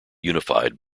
unified